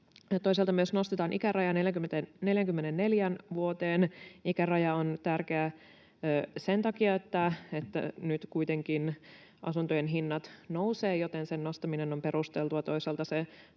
Toisaalta myös nostetaan ikärajaa 44 vuoteen. Ikäraja on tärkeä sen takia, että nyt kuitenkin asuntojen hinnat nousevat, joten sen nostaminen on perusteltua.